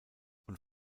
und